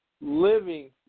living